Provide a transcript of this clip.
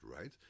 right